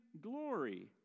glory